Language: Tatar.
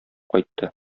кайтты